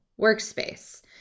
workspace